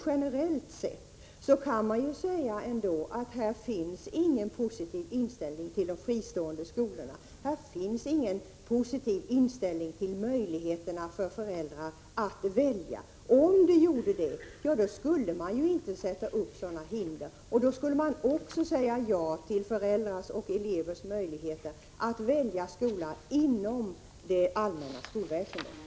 Generellt sett kan man säga att här inte finns någon positiv inställning till de fristående skolorna. Här finns ingen positiv inställning till möjligheterna för föräldrar att välja. Om det hade gjort det skulle man inte sätta upp sådana hinder, och då skulle man också säga ja till föräldrars och elevers möjligheter att välja skola inom det allmänna skolväsendet.